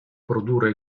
produrre